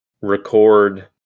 record